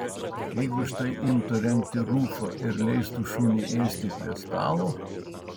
jeigu štai imtų rengti rufą ir leistų šuniui ėsti prie stalo